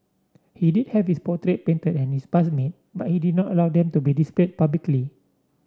he did have his portrait painted and his bust made but he did not allow them to be displayed publicly